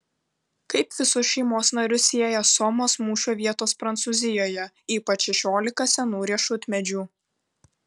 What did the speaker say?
kaip visus šeimos narius sieja somos mūšio vietos prancūzijoje ypač šešiolika senų riešutmedžių